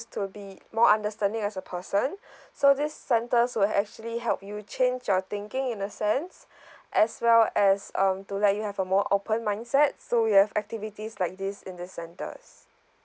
to be more understanding as a person so these centers will actually help you change your thinking in a sense as well as um to let you have a more open mindset so we have activities like these in these centers